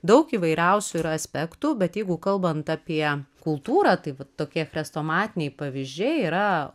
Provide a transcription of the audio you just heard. daug įvairiausių yra aspektų bet jeigu kalbant apie kultūrą tai va tokie chrestomatiniai pavyzdžiai yra